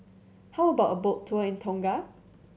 how about a boat tour in Tonga